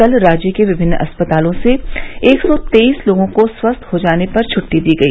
कल राज्य के विभिन्न अस्पतालों से एक सौ तेईस लोगों को स्वस्थ हो जाने पर छुट्टी दी गई